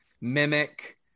mimic